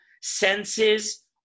senses